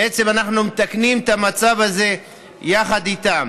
אנחנו מתקנים את המצב הזה יחד איתם.